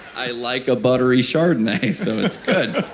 i like a buttery chardonnay so it's good.